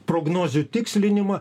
prognozių tikslinimą